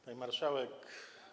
Pani Marszałek!